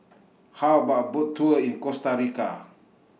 How about A Boat Tour in Costa Rica